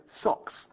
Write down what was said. socks